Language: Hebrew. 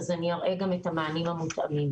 אז אני אראה את המענים המותאמים.